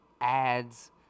ads